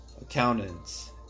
accountants